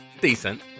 Decent